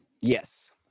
Yes